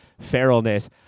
feralness